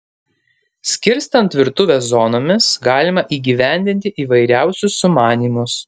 skirstant virtuvę zonomis galima įgyvendinti įvairiausius sumanymus